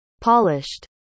Polished